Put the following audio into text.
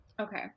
Okay